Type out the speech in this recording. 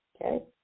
Okay